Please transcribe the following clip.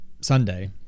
sunday